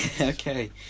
okay